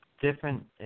different